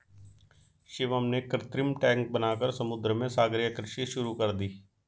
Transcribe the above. शिवम ने कृत्रिम टैंक बनाकर समुद्र में सागरीय कृषि शुरू कर दी